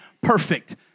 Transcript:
perfect